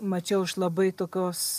mačiau iš labai tokios